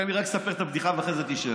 תן לי רק לספר את הבדיחה ואחרי זה תשאל.